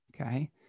okay